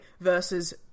versus